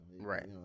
Right